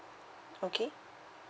okay